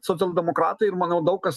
socialdemokratai ir manau daug kas